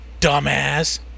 dumbass